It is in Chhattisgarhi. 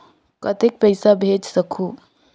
कतेक पइसा भेज सकहुं?